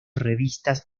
revistas